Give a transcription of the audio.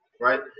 right